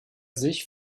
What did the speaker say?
sich